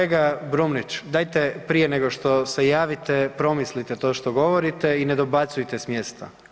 Kolega Brumnić, dajte prije nego što se javite promislite to što govorite i ne dobacujte sa mjesta.